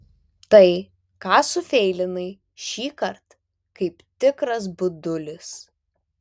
tai ką susifeilinai šįkart kaip tikras budulis